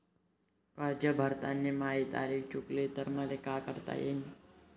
कर्ज भरताना माही तारीख चुकली तर मले का करता येईन?